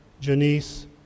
Janice